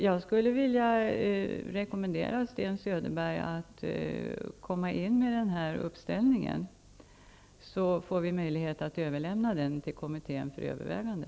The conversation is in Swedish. Jag skulle vilja rekommendera Sten Söderberg att överlämna sin sammanställning till departementet, så att vi får möjlighet att överlämna den till kommittén för övervägande.